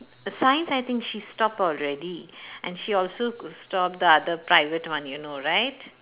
the science I think she stop already and she also could stop the other private one you know right